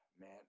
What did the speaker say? Man